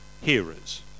hearers